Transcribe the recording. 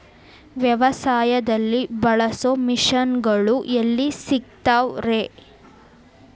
ವ್ಯವಸಾಯದಲ್ಲಿ ಬಳಸೋ ಮಿಷನ್ ಗಳು ಎಲ್ಲಿ ಸಿಗ್ತಾವ್ ರೇ?